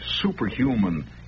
superhuman